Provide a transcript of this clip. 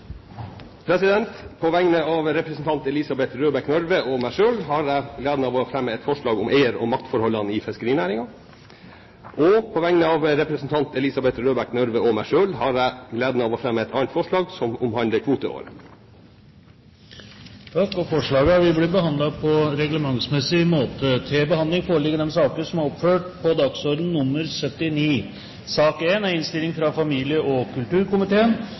representantforslag. På vegne av representanten Elisabeth Røbekk Nørve og meg selv har jeg gleden av å fremme et forslag om eier- og maktforholdene i fiskerinæringen. Og på vegne av representanten Elisabeth Røbekk Nørve og meg selv har jeg gleden av å fremme et annet forslag, som omhandler kvoteåret. Forslagene vil bli behandlet på reglementsmessig måte. Etter ønske fra familie- og kulturkomiteen